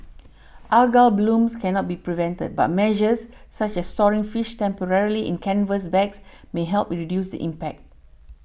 algal blooms cannot be prevented but measures such as storing fish temporarily in canvas bags may help reduce the impact